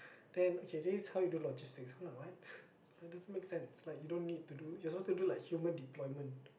then okay this is how you do logistics i'm like what but it doesn't make sense like you don't need to do you're supposed to do like human deployment